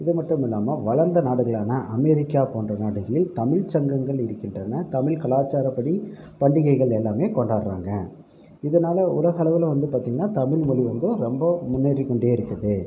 இது மட்டும் இல்லாமல் வளர்ந்த நாடுகளான அமெரிக்கா போன்ற நாடுகளில் தமிழ் சங்கங்கள் இருக்கின்றன தமிழ் கலாச்சாரப்படி பண்டிகைகள் எல்லாமே கொண்டாடுறாங்க இதனால் உலகளவில் வந்து பார்த்தீங்கன்னா தமிழ் மொழி வந்து ரொம்ப முன்னேறிக் கொண்டே இருக்கிறது